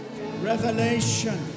Revelation